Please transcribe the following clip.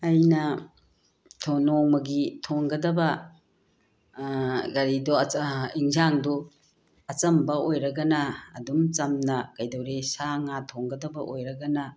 ꯑꯩꯅ ꯅꯣꯡꯃꯒꯤ ꯊꯣꯡꯒꯗꯕ ꯀꯔꯤꯗꯣ ꯑꯦꯟꯁꯥꯡꯗꯣ ꯑꯆꯝꯕ ꯑꯣꯏꯔꯒꯅ ꯑꯗꯨꯝ ꯆꯝꯅ ꯀꯩꯗꯩꯔꯦ ꯁꯥ ꯉꯥ ꯊꯣꯡꯒꯗꯕ ꯑꯣꯏꯔꯒꯅ